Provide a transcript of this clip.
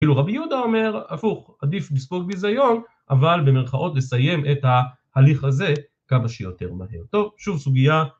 כאילו רבי יהודה אומר הפוך: עדיף לספוג בזיון אבל, במירכאות, לסיים את ההליך הזה כמה שיותר מהר. טוב, שוב סוגיה